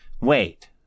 Wait